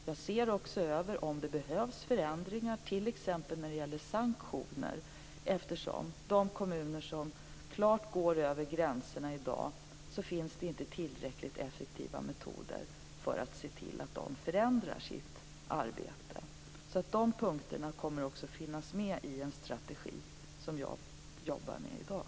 Jag ser också över om det behövs förändringar t.ex. när det gäller sanktioner, eftersom det i dag inte finns tillräckligt effektiva metoder för att se till att de kommuner som klart går över gränsen förändrar sitt arbete. De punkterna kommer också att finnas med i en strategi som jag jobbar med i dag.